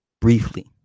briefly